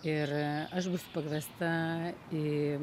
ir aš būsiu pakviesta į